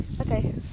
Okay